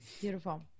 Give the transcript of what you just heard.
Beautiful